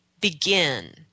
begin